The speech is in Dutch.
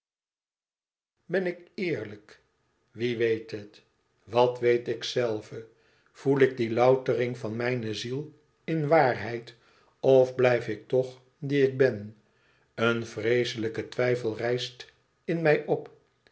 ben ik eerlijk wie weet het wat weet ikzelve voel ik die loutering van mijne ziel in waarheid of blijf ik toch die ik ben een vreeslijke twijfel rijst in mij op